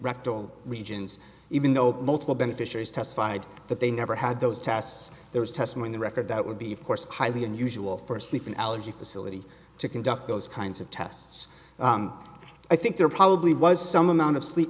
rectal regions even though multiple beneficiaries testified that they never had those tests there is testing the record that would be of course highly unusual for a sleeping allergy facility to conduct those kinds of tests i think there probably was some amount of sleep